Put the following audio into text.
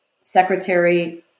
Secretary